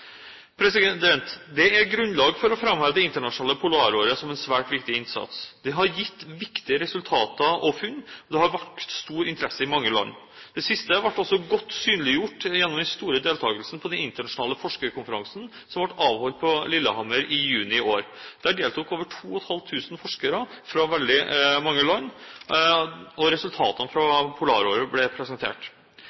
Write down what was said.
er grunnlag for å framheve Det internasjonale polaråret som en svært viktig innsats. Det har gitt viktige resultater og funn som har vakt stor interesse i mange land. Det siste ble godt synliggjort gjennom den store deltakelsen på den internasjonale forskerkonferansen som ble avholdt i Oslo/Lillestrøm i juni i år. Der deltok over 2 500 forskere fra veldig mange land, og resultatene fra